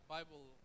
Bible